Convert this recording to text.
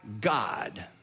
God